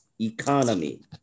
economy